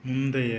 முந்தைய